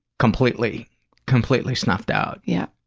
completely completely snuffed out. yep.